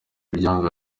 muryango